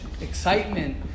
excitement